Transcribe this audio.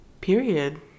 period